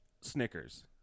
Snickers